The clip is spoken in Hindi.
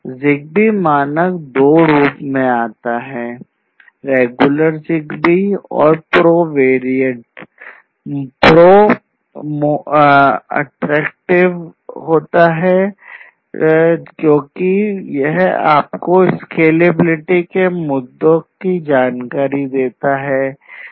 ZigBee मानक दो रूप में आता है रेगुलर ज़िगबी की जानकारी देता है